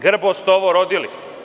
Grbo ste ovo rodili.